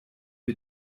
wir